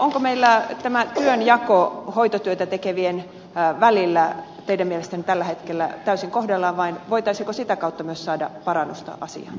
onko meillä tämä työnjako hoitotyötä tekevien välillä teidän mielestänne tällä hetkellä täysin kohdallaan vai voitaisiinko sitä kautta myös saada parannusta asiaan